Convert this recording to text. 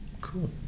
cool